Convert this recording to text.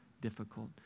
difficult